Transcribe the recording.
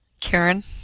Karen